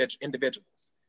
individuals